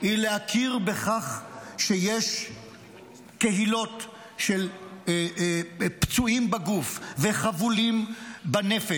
להכיר בכך שיש קהילות של פצועים בגוף וחבולים בנפש: